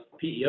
PEO